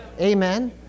Amen